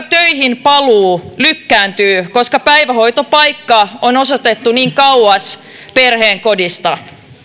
töihin paluu lykkääntyy koska päivähoitopaikka on osoitettu niin kauas perheen kodista